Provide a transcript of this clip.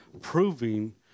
proving